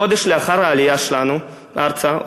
חודש לאחר העלייה שלנו ארצה,